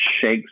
shakes